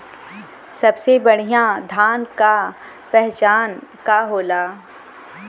सबसे बढ़ियां धान का पहचान का होला?